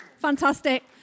fantastic